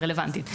הרלוונטית.